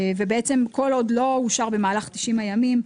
וכל עוד לא אושר במהלך 90 הימים,